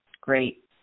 great